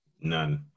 None